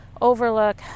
overlook